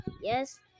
yes